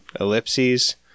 ellipses